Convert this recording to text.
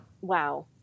Wow